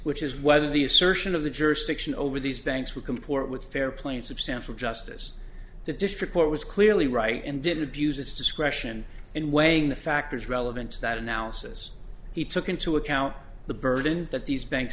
which is whether the assertion of the jurisdiction over these banks will comport with fair play and substantial justice the district court was clearly right and didn't abuse its discretion and weighing the factors relevant that analysis he took into account the burden that these banks